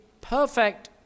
perfect